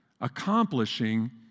accomplishing